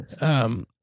Um-